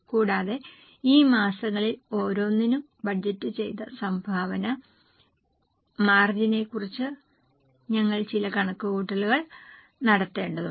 കൂടാതെ ഈ മാസങ്ങളിൽ ഓരോന്നിനും ബഡ്ജറ്റ് ചെയ്ത സംഭാവന മാർജിനിനെക്കുറിച്ച് ഞങ്ങൾ ചില കണക്കുകൂട്ടലുകൾ നടത്തേണ്ടതുണ്ട്